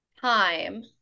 time